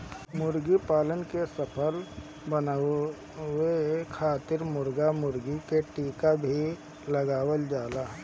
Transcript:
मुर्गीपालन के सफल बनावे खातिर मुर्गा मुर्गी के टीका भी लगावल जाला